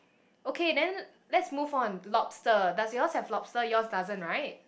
okay then let's move on lobster does yours have lobster yours doesn't right